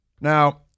Now